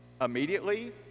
immediately